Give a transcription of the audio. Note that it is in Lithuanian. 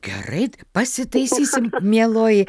gerai pasitaisysim mieloji